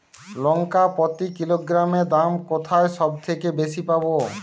লঙ্কা প্রতি কিলোগ্রামে দাম কোথায় সব থেকে বেশি পাব?